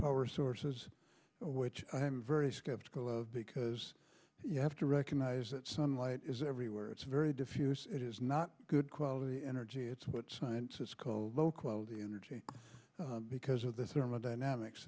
power sources which i am very skeptical of because you have to recognize that sunlight is everywhere it's very diffuse it is not good quality energy it's what scientists call low quality energy because of the thermodynamics